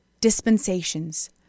dispensations